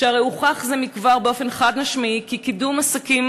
שהרי הוכח זה מכבר באופן חד-משמעי כי קידום עסקים